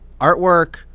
Artwork